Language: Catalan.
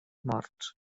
morts